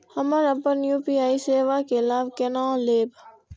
हम अपन यू.पी.आई सेवा के लाभ केना लैब?